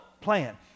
plan